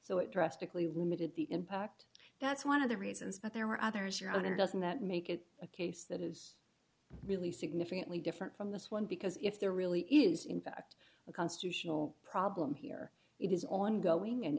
so it drastically limited the impact that's one of the reasons that there were others your own it doesn't that make it a case that is really significantly different from this one because if there really is in fact a constitutional problem here it is ongoing in